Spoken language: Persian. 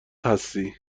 هستی